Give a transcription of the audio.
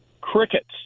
Crickets